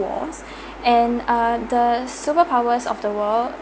wars and uh the superpowers of the world